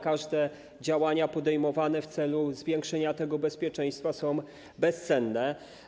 Każde działania podejmowane w celu zwiększenia bezpieczeństwa są bezcenne.